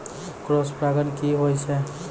Cross परागण की होय छै?